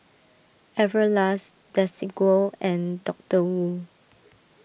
Everlast Desigual and Doctor Wu